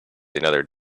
another